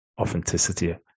authenticity